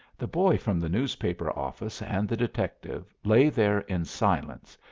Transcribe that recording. the boy from the newspaper office and the detective lay there in silence,